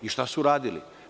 I šta su uradili?